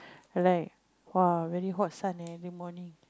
like !wow! very hot sun eh every morning